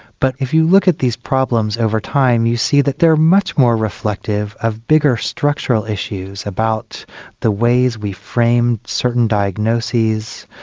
but if you look at these problems over time you see that they are much more reflective of bigger structural issues about the ways we frame certain diagnoses,